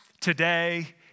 today